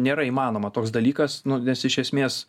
nėra įmanoma toks dalykas nes iš esmės